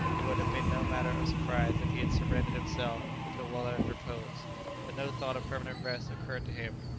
it would have been no matter of surprise if he had surrendered himself to a well-earned repose but no thought of permanent rest occurred to him,